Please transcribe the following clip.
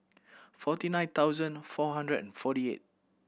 forty nine thousand four hundred and forty eight